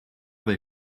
they